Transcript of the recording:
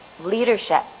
leadership